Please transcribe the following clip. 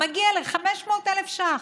מגיע ל-500,000 ש"ח,